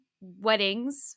weddings